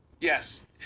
Yes